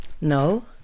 No